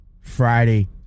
Friday